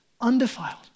undefiled